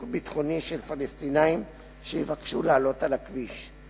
ביטחוני של פלסטינים שיבקשו לעלות על הכביש,